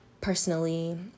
personally